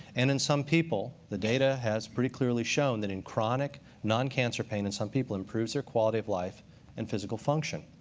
and in some people, the data has pretty clearly shown that in chronic non-cancer pain, in some people, improves their quality of life and physical function?